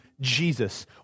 Jesus